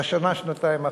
בשנה-שנתיים האחרונות,